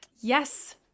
Yes